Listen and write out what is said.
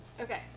Okay